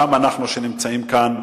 גם אנחנו שנמצאים כאן,